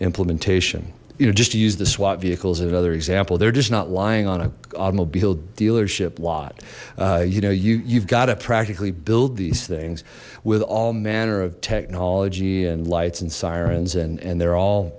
implementation you know just to use the swat vehicles in another example they're just not lying on a mobile dealership lot you know you you've got to practically build these things with all manner of technology and lights and sirens and and they're all